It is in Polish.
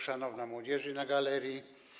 Szanowna Młodzieży na Galerii!